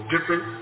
Different